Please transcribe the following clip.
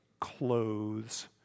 clothes